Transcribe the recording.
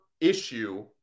issue